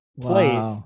place